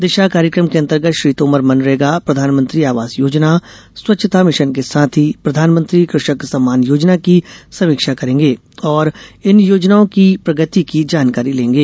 दिशा कार्यक्रम के अंतर्गत श्री तोमर मनरेगा प्रधानमंत्री आवास योजना स्वच्छता मिशन के साथ ही प्रधानमंत्री कृषक सम्मान योजना की समीक्षा करेंगे और इन योजनाओं की प्रगति की जानकारी लेंगे